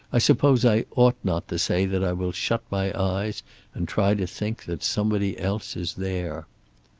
i suppose i ought not to say that i will shut my eyes and try to think that somebody else is there.